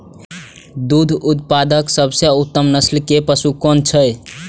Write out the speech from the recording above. दुग्ध उत्पादक सबसे उत्तम नस्ल के पशु कुन छै?